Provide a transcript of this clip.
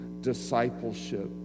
discipleship